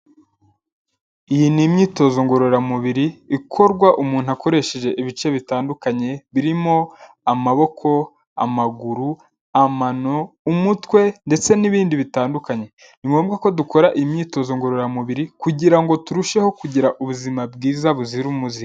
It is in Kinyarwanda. Iyi ni imyitozo ngororamubiri ikorwa umuntu akoresheje ibice bitandukanye birimo amaboko, amaguru, amano , umutwe ndetse n'ibindi bitandukanye ni ngombwa ko dukora iyi imyitozo ngororamubiri kugira ngo turusheho kugira ubuzima bwiza buzira umuze.